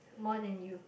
more than you